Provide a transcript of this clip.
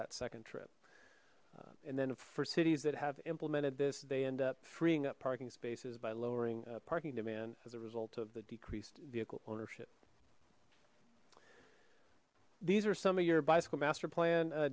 that second trip and then for cities that have implemented this they end up freeing up parking spaces by lowering a parking demand as a result of the decreased vehicle ownership these are some of your bicycle master plan